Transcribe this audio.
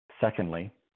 Secondly